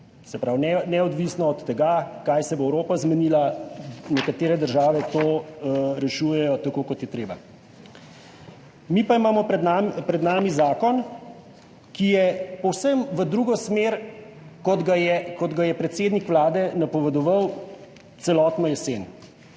se pravi neodvisno od tega, kaj se bo zmenila Evropa, nekatere države to rešujejo tako, kot je treba. Mi pa imamo pred nami zakon, ki je v povsem drugi smeri kot jo je predsednik Vlade napovedoval celotno jesen.